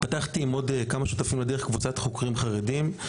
פתחתי עם עוד כמה שותפים לדרך קבוצת חוקרים חרדים,